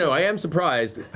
so i am surprised,